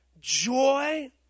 joy